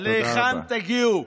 עד להיכן תגיעו?